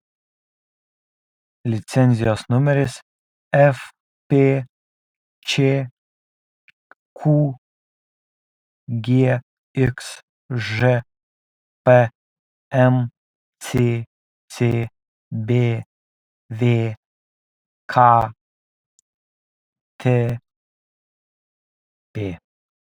licenzijos numeris fpčq gxžp mccb vktp